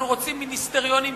אנחנו רוצים מיניסטריונים קבועים,